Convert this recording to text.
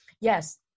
yes